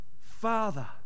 Father